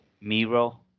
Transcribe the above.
Miro